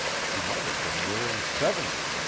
she might have been nearing seventy,